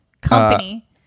company